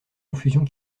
confusion